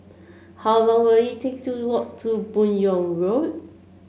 how long will it take to walk to Buyong Road